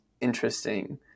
interesting